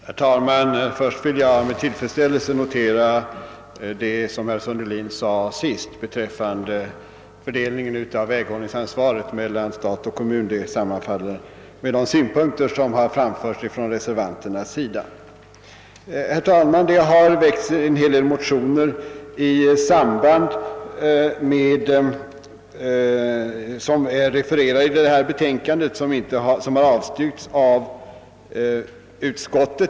Herr talman! Jag vill först med tillfredsställelse notera det som herr Sundelin sist sade, beträffande fördelningen av väghållningsansvaret mellan stat och kommun. Det sammanfaller med de synpunkter som framförts av reservanterna. Det har, herr talman, väckts en hel del motioner som refereras i utlåtandet men som avstyrks av utskottet.